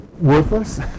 worthless